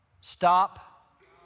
Stop